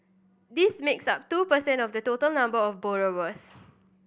this makes up two per cent of the total number of borrowers